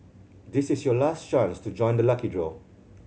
this is your last chance to join the lucky draw